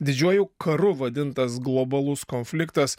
didžiuoju karu vadintas globalus konfliktas